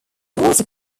also